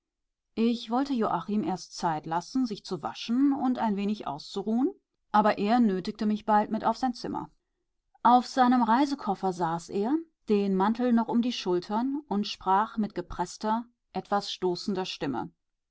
ich wollte joachim erst zeit lassen sich zu waschen und ein wenig auszuruhen aber er nötigte mich bald mit auf sein zimmer auf seinem reisekoffer saß er den mantel noch um die schultern und sprach mit gepreßter etwas stoßender stimme